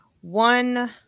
one